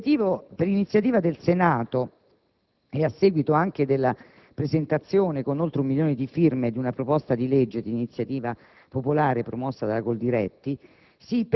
dell'etichetta. Per iniziativa del Senato e a seguito anche della presentazione, con oltre un milione di firme, di un disegno di legge d'iniziativa